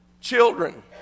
children